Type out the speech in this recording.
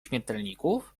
śmiertelników